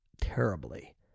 terribly